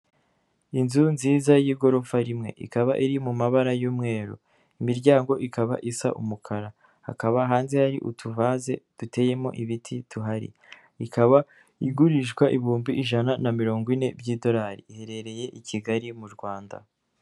Inzu nziza y'igorofa rimwe, ikaba iri mu mabara y'umweru, imiryango ikaba isa umukara, hakaba hanze hari utu vase duteyemo ibiti duhari, ikaba igurishwa ibihumbi ijana na mirongo ine by'idorari, iherereye i Kigali mu Rwanda.